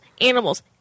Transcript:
Animals